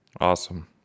awesome